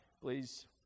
Please